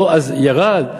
אז ירד.